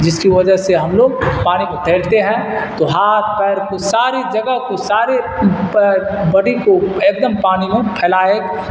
جس کی وجہ سے ہم لوگ پانی کو تیرتے ہیں تو ہاتھ پیر کو ساری جگہ کو سارے بڈی کو ایک دم پانی میں پھیلائے